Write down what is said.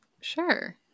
Sure